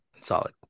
Solid